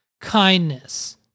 kindness